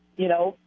you know,